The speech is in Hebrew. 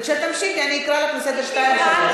וכשתמשיכי אני אקרא אותך לסדר בפעם השנייה והשלישית.